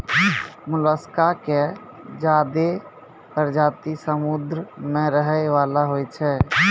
मोलसका के ज्यादे परजाती समुद्र में रहै वला होय छै